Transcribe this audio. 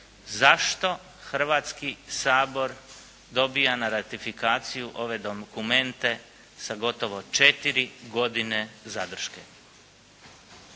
Zašto Hrvatski sabor dobiva na ratifikaciju ove dokumente sa gotovo 4 godine zadrške?